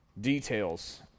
details